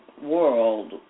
World